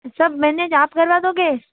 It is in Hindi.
सब मैनेज आप करवा दोगे